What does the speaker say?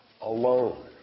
alone